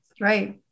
right